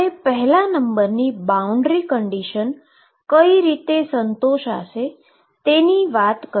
મારે પહેલા નંબરની કેટલીક બાઉન્ડ્રી કન્ડીશન કઈ રીતે સંતોષાશે તેની વાત કરી